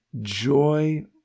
joy